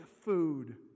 food